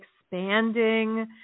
expanding